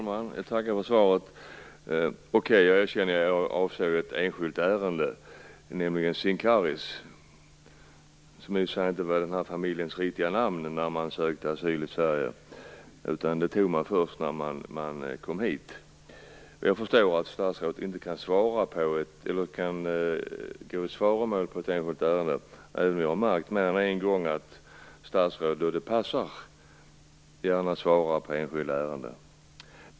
Herr talman! Jag tackar för svaret. Jag erkänner att jag avsåg ett enskilt ärende, nämligen Sincaris. Det var i och för sig inte den här familjens riktiga namn när man sökte asyl i Sverige, utan man tog det först när man kom hit. Jag förstår att statsrådet inte kan gå i svaromål när det gäller ett enskilt ärende - även om jag har märkt mer än en gång att statsrådet när det passar gärna går in på enskilda ärenden.